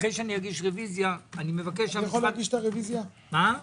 אני יכול להגיש את הרביזיה?